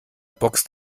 boxt